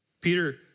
Peter